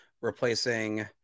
replacing